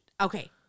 okay